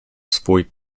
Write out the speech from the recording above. swój